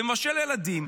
ומבשל לילדים,